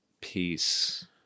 Peace